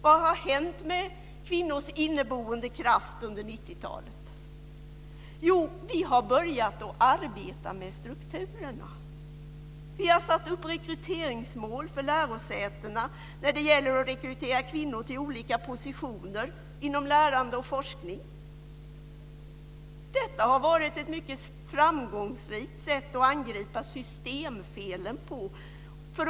Vad har hänt med kvinnors inneboende kraft under 90-talet? Jo, vi har börjat arbeta med strukturerna. Vi har satt upp rekryteringsmål för lärosätena när det gäller att rekrytera kvinnor till olika positioner inom lärande och forskning. Detta har varit ett mycket framgångsrikt sätt att angripa systemfelen på.